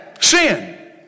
Sin